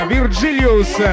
Virgilius